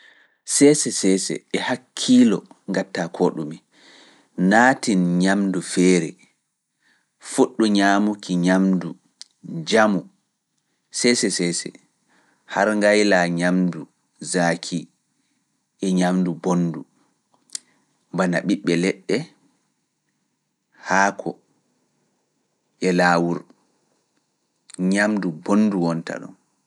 Seese seese e hakkiilo ngattaa koo ɗume naatin ñamndu feere, fuɗɗu ñaamuki ñamndu. Naamu seese seese har ngayla ñamndu zaaki e ñamndu bonndu, bana ɓiɓɓe leɗɗe haako e laawol ñamndu bonndu wonta ɗum.